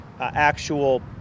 actual